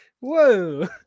Whoa